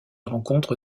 rencontre